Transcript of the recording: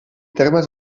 termes